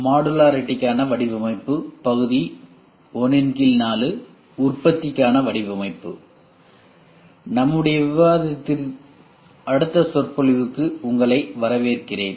மாடுலாரிடிகான வடிவமைப்பு பகுதி14உற்பத்திக்கான வடிவமைப்பு நம்முடைய விவாதத்திற்கு அடுத்த சொற்பொழிவுக்கு உங்களை வரவேற்கிறேன்